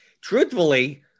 truthfully